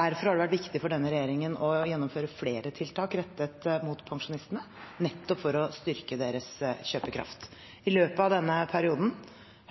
Derfor har det vært viktig for denne regjeringen å gjennomføre flere tiltak rettet mot pensjonistene, nettopp for å styrke deres kjøpekraft. I løpet av denne perioden